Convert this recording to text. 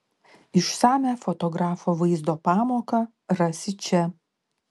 išsamią fotografo vaizdo pamoką rasi čia